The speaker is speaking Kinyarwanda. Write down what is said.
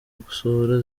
gusohora